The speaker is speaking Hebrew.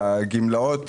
בגמלאות